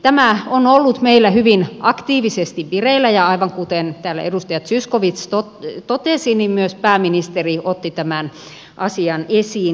tämä on ollut meillä hyvin aktiivisesti vireillä ja aivan kuten täällä edustaja zyskowicz totesi niin myös pääministeri otti tämän asian esiin